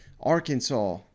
Arkansas